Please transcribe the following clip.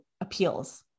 appeals